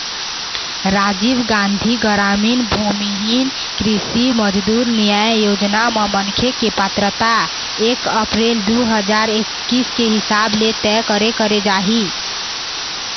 राजीव गांधी गरामीन भूमिहीन कृषि मजदूर न्याय योजना म मनखे के पात्रता एक अपरेल दू हजार एक्कीस के हिसाब ले तय करे करे जाही